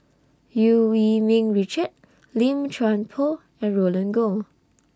EU Yee Ming Richard Lim Chuan Poh and Roland Goh